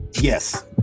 yes